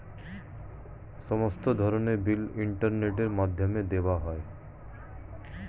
সমস্ত ধরনের বিল ইন্টারনেটের মাধ্যমে দেওয়া যায়